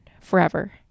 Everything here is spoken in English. Forever